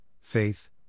faith